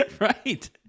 right